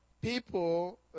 people